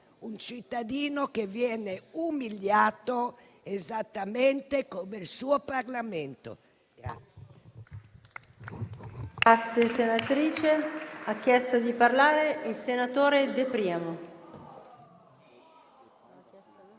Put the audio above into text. un cittadino che viene umiliato esattamente come il suo Parlamento.